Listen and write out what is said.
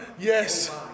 Yes